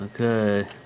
Okay